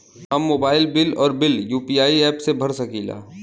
हम mobile bill और bill UPI app से भर सकिला